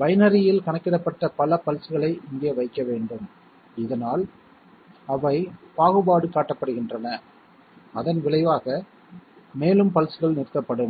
பைனரியில் கணக்கிடப்பட்ட பல பல்ஸ்களை இங்கே வைக்க வேண்டும் இதனால் அவை பாகுபாடு காட்டப்படுகின்றன அதன் விளைவாக மேலும் பல்ஸ்கள் நிறுத்தப்படும்